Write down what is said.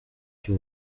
cy’u